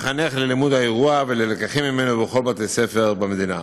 מחנך ללימוד האירוע וללקחים ממנו בכל בתי-הספר במדינה.